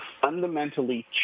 fundamentally